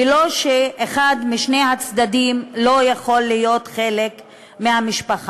ולא שאחד משני הצדדים לא יכול להיות חלק מהמשפחה.